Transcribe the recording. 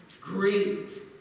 great